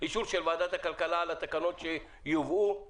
אישור של ועדת הכלכלה על התקנות שיובאו בהמשך?